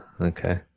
Okay